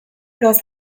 gauza